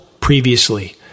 previously